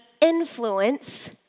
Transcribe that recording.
influence